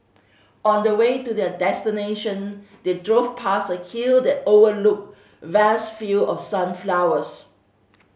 on the way to their destination they drove past a hill that overlooked vast field of sunflowers